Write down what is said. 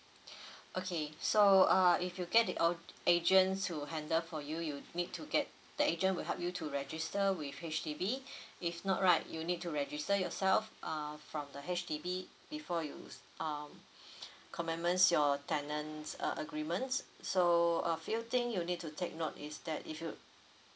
okay so uh if you get the or~ agents to handle for you you need to get the agent will help you to register with H_D_B if not right you need to register yourself uh from the H_D_B before you s~ um commencement your tenant uh agreement so a few thing you need to take note is that if you